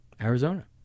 Arizona